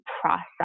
process